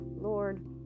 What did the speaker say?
Lord